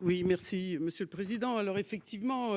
Oui, merci Monsieur le Président, alors effectivement